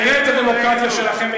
נראה את הדמוקרטיה שלכם,